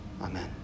Amen